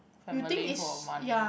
family for a money